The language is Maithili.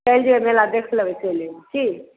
चलि जेबै मेला देख लेबै चलि जेबै की